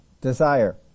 desire